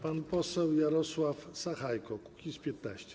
Pan poseł Jarosław Sachajko, Kukiz’15.